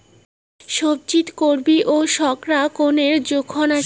সবজিত চর্বি ও শর্করা কণেক জোখন আছে